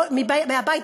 מהבית